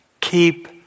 Keep